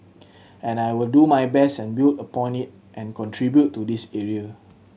and I will do my best and build upon it and contribute to this area